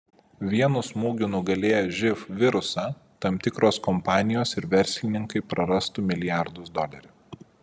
vienu smūgiu nugalėję živ virusą tam tikros kompanijos ir verslininkai prarastų milijardus dolerių